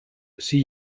sie